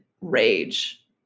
rage